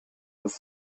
was